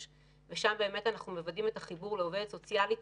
ושם באמת אנחנו מוודאים את החיבור לעובדת סוציאלית